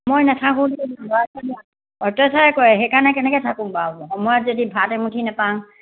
মই নাথাকোঁ অত্যচাৰ কৰে সেইকাৰণে কেনেকৈ থাকোঁ বাৰু সময়ত যদি ভাত এমুঠি নেপাওঁ